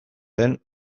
lehen